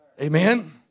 Amen